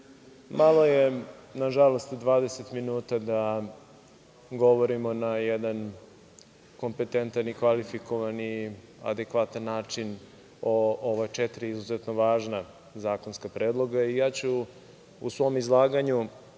nažalost, malo je 20 minuta da govorimo na jedan kompetentan, kvalifikovan i adekvatan način o ova četiri izuzetno važna zakonska predloga i ja ću u svom izlaganju,